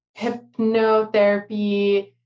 hypnotherapy